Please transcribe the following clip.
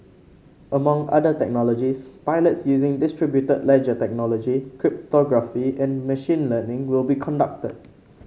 among other technologies pilots using distributed ledger technology cryptography and machine learning will be conducted